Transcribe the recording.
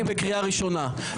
מיכל, את בקריאה ראשונה.